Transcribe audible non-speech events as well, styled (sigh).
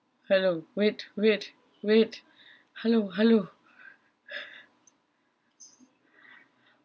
hello wait wait wait hello hello (laughs)